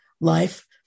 life